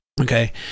Okay